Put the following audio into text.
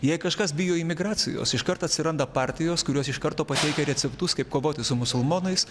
jei kažkas bijo imigracijos iškart atsiranda partijos kurios iš karto pateikia receptus kaip kovoti su musulmonais